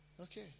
okay